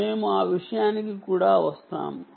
మేము ఆ విషయానికి కూడా వస్తాము